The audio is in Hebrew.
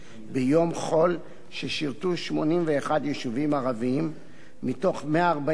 ששירתו 81 יישובים ערביים מתוך 145 יישובים,